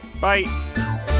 Bye